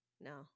no